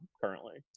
currently